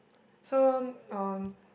so um